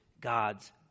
God's